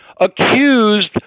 accused